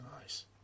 Nice